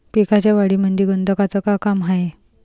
पिकाच्या वाढीमंदी गंधकाचं का काम हाये?